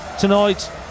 tonight